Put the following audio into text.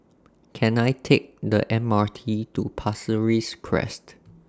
Can I Take The M R T to Pasir Ris Crest